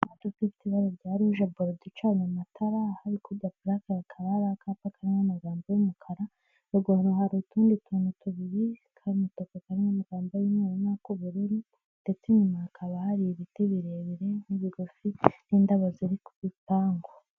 Imodoka ifite ibara bya ruje borudi icanye amatara hirya puraka hakaba hari akapa karimo amagambo y'umukara ruguru hari utundi tuntu tubiri karimoto karimo amagambo y'umweru n'ak'ubururu ndetse nyuma hakaba hari ibiti birebire n'ibigufi n'indabo ziri ku gipangu.